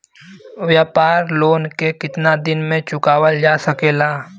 व्यापार के लोन कितना दिन मे चुकावल जा सकेला?